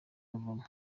bavamo